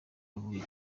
bavuye